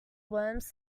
worms